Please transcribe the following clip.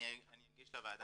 אני אגיש לוועדה מספר מדויק.